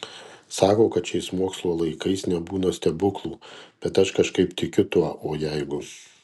sako kad šiais mokslo laikais nebūna stebuklų bet aš kažkaip tikiu tuo o jeigu